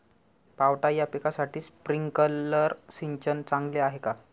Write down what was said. पावटा या पिकासाठी स्प्रिंकलर सिंचन चांगले आहे का?